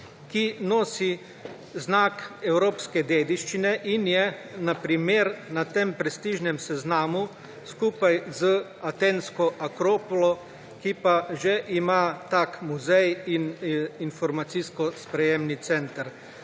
ki nosi znak evropske dediščine in je na primer na tem prestižnem seznamu skupaj z atensko Akropolo, ki pa že ima tak muzej in informacijsko-sprejemni center.